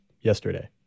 yesterday